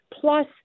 Plus